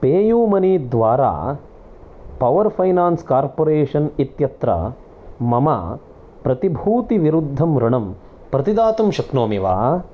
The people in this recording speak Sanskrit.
पे यूमनी द्वारा पावर् फैनान्स् कार्पोरेशन् इत्यत्र मम प्रतिभूतिविरुद्धं ऋणं प्रतिदातुं शक्नोमि वा